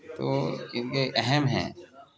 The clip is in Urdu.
تو ان کے اہم ہیں